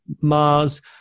Mars